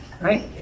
right